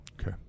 Okay